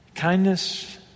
Kindness